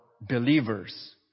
believers